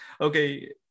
okay